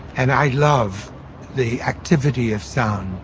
and i love the activity of sound.